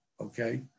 okay